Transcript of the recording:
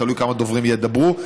תלוי כמה דוברים ידברו,